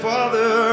Father